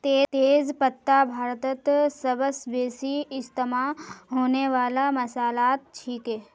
तेज पत्ता भारतत सबस बेसी इस्तमा होने वाला मसालात छिके